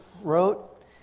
wrote